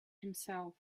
himself